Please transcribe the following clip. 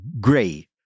gray